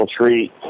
treat